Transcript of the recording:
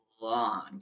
long